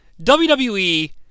WWE